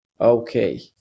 Okay